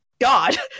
God